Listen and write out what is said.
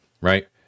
right